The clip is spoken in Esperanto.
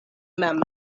mem